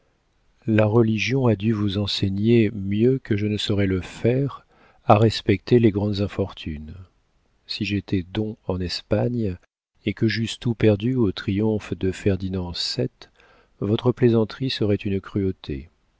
la religion a dû vous enseigner mieux que je ne saurais le faire à respecter les grandes infortunes si j'étais don en espagne et que j'eusse tout perdu au triomphe de ferdinand vii votre plaisanterie serait une cruauté